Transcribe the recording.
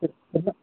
کتنا